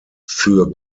für